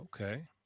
okay